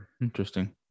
Interesting